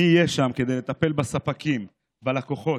מי יהיה שם כדי לטפל בספקים, בלקוחות,